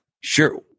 Sure